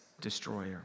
destroyer